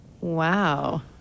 Wow